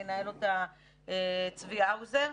ינהל אותו צבי האוזר.